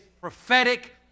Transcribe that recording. prophetic